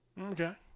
Okay